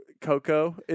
Coco